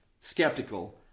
skeptical